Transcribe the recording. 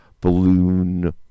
balloon